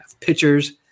pitchers